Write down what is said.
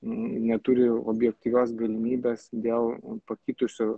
neturi objektyvios galimybės dėl pakitusių